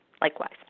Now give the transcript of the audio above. likewise